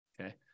okay